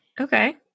Okay